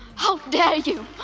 how dare you!